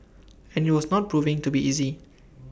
and IT was not proving to be easy